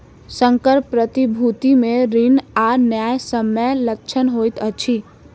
संकर प्रतिभूति मे ऋण आ न्यायसम्य लक्षण होइत अछि